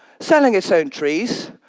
selling its own trees.